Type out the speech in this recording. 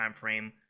timeframe